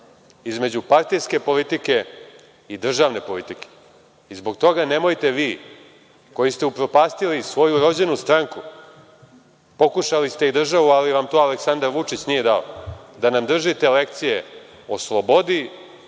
između partijske politike i državne politike i zbog toga nemojte vi koji ste upropastili svoju rođenu stranku, pokušali ste i državu, ali vam to Aleksandar Vučić nije dao, da nam držite lekcije o slobodi,